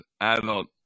adult